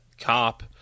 cop